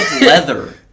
leather